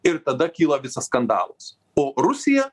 ir tada kyla visas skandalas o rusija